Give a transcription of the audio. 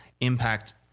impact